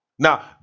Now